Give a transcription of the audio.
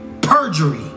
perjury